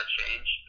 change